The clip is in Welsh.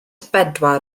bedwar